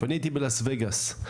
ואני הייתי בלאס וגאס.